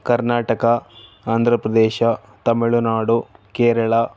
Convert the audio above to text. Karnataka Andhra Pradesh Tamil Nadu Kerala